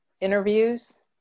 interviews